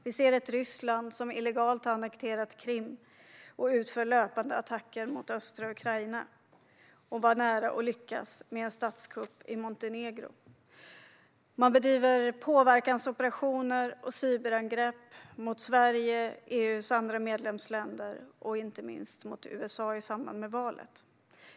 Vi ser ett Ryssland som illegalt har annekterat Krim och utför löpande attacker mot östra Ukraina och var nära att lyckas med en statskupp i Montenegro. Man bedriver påverkansoperationer och cyberangrepp mot Sverige, mot EU:s andra medlemsländer och inte minst mot USA i samband med valet.